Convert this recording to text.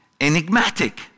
enigmatic